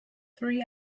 three